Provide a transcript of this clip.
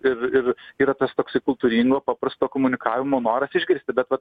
ir ir yra tas toksai kultūringo paprasto komunikavimo noras išgirsti bet vat